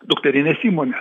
dukterinės įmonė